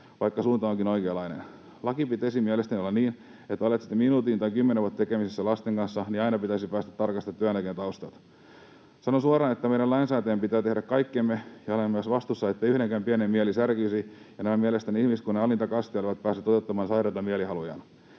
vaikka suunta onkin oikeanlainen. Lain pitäisi mielestäni olla niin, että olet sitten minuutin tai kymmenen vuotta tekemisissä lasten kanssa, niin aina pitäisi päästä tarkastamaan työntekijän taustat. Sanon suoraan, että meidän lainsäätäjien pitää tehdä kaikkemme, ja olemme myös vastuussa siitä, ettei yhdenkään pienen mieli särkyisi ja etteivät nämä mielestäni ihmiskunnan alinta kastia olevat pääse toteuttamaan sairaita mielihalujaan.